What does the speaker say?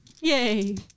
Yay